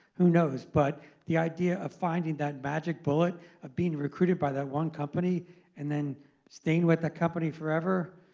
who knows. but the idea of finding that magic bullet of being recruited by that one company and then staying with the company forever,